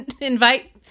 invite